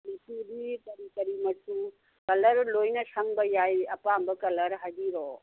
ꯃꯆꯨꯗꯤ ꯀꯔꯤ ꯀꯔꯤ ꯃꯆꯨ ꯀꯂꯔ ꯂꯣꯏꯅ ꯁꯪꯕ ꯌꯥꯏ ꯑꯄꯥꯝꯕ ꯀꯂꯔ ꯍꯥꯏꯕꯤꯔꯛꯑꯣ